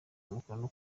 umukono